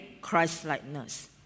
Christ-likeness